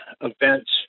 events